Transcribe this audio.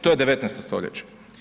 To je 19. stoljeće.